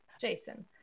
jason